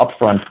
upfront